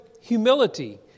humility